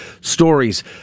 stories